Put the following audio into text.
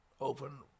open